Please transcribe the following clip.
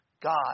God